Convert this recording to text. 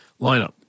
lineup